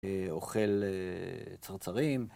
אוכל צרצרים,